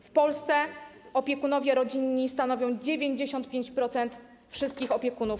W Polsce opiekunowie rodzinni stanowią 95% wszystkich opiekunów.